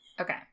Okay